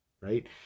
right